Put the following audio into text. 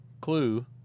clue